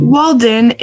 Walden